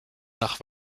nach